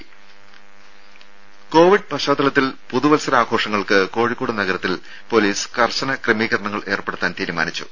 ദേദ കോവിഡ് പശ്ചാത്തലത്തിൽ പുതുവത്സരാഘോഷങ്ങൾക്ക് കോഴിക്കോട് നഗരത്തിൽ പൊലീസ് കർശന ക്രമീകരണങ്ങൾ ഏർപ്പെടുത്താൻ തീരുമാനിച്ചു